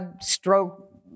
stroke